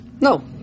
No